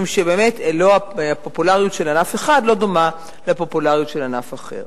משום שבאמת הפופולריות של ענף אחד לא דומה לפופולריות של ענף אחר.